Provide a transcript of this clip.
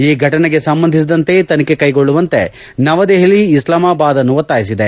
ಈ ಘಟನೆಗೆ ಸಂಬಂಧಿಸಿದಂತೆ ತನಿಖೆ ಕೈಗೊಳ್ಳುವಂತೆ ನವದೆಹಲಿ ಇಸ್ಲಾಮಾಬಾದ್ ಅನ್ನು ಒತ್ತಾಯಿಸಿದೆ